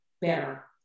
better